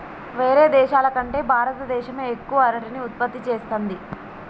వేరే దేశాల కంటే భారత దేశమే ఎక్కువ అరటిని ఉత్పత్తి చేస్తంది